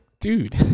dude